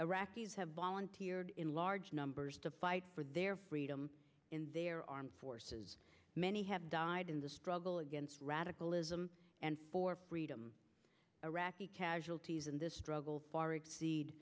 iraqis have volunteered in large numbers to fight for their freedom in their armed forces many have died in the struggle against radical islam and for freedom iraqi casualties in this struggle far exceed